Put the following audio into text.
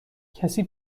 کسی